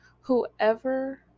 whoever